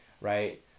right